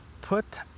put